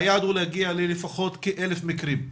והיעד הוא להגיע לפחות לכ-1,000 מקרים?